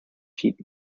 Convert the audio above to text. sheet